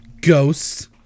Ghosts